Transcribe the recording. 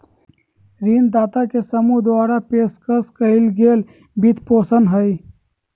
ऋणदाता के समूह द्वारा पेशकश कइल गेल वित्तपोषण हइ